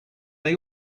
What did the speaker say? they